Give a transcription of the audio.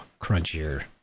crunchier